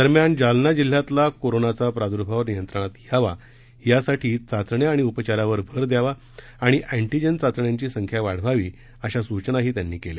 दरम्यान जालना जिल्ह्यातला कोरोनाचा प्रादुर्भाव नियंत्रणात यावा यासाठी चाचण्या आणि उपचारावर भर द्यावा आणि अँटीजेन चाचण्यांची संख्या वाढवावी अशा सूचनाही त्यांनी केल्या